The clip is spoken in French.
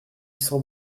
sans